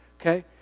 okay